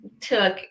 took